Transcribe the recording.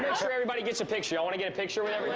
sure everybody gets a picture. y'all want to get a picture with